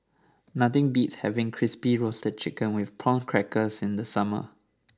nothing beats having Crispy Roasted Chicken with Prawn Crackers in the summer